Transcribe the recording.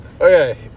Okay